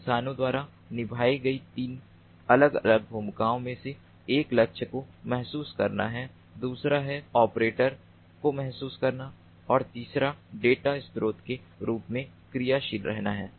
इंसानों द्वारा निभाई गई तीन अलग अलग भूमिकाओं में से एक लक्ष्य को महसूस करना है दूसरा है ऑपरेटर को महसूस करना और तीसरा डेटा स्रोत के रूप में क्रियाशील रहना है